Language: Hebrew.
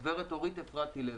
גב' אורית אפרתי לב.